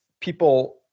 people